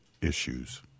issues